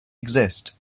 exist